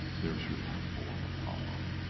there's your temple of apollo.